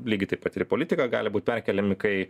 lygiai taip pat ir politika gali būti perkeliami kai